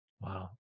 Wow